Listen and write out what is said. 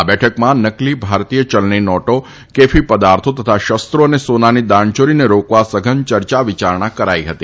આ બેઠકમાં નકલી ભારતીય ચલણી નોટો કેફી પદાર્થો તથા શસ્ત્રો અને સોનાની દાણચોરીને રોકવા સઘન ચર્ચા વિચારણા કરાઈ હતી